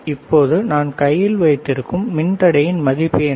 இப்போது நான் என் கையில் வைத்திருக்கும் மின்தடையின் மதிப்பு என்ன